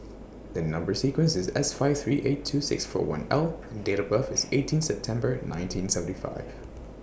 and Number sequence IS S five three eight two six four one L and Date of birth IS eighteen September nineteen seventy five